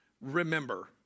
remember